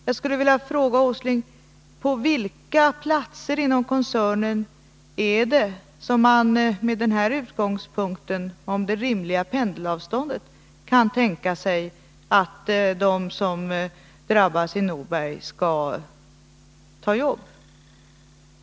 Jag skulle vilja fråga herr Åsling: På vilka platser inom koncernen är det som man, med den här utgångspunkten om det rimliga pendelavståndet, kan tänka sig att de som drabbas i Norberg skall ta jobb?